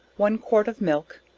one quart of milk,